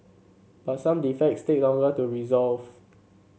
but some defects take longer to resolve